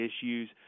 issues